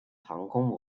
航空母舰